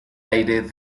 aire